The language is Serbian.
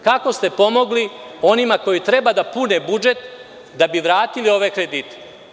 Kako ste pomogli onima koji treba da pune budžet da bi vratili ove kredite?